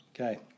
okay